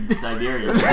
Siberia